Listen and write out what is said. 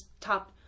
top